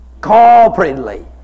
corporately